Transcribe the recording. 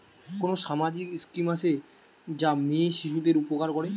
কোন সামাজিক স্কিম আছে যা মেয়ে শিশুদের উপকার করে?